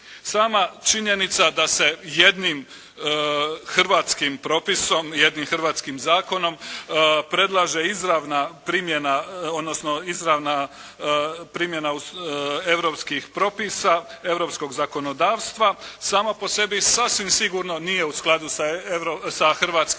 Sama činjenica da se jednim hrvatskim propisom, jednim hrvatskim zakonom predlaže izravna primjena odnosno izravna primjena europskih propisa, europskog zakonodavstva sama po sebi sasvim sigurno nije u skladu sa hrvatskim Ustavom,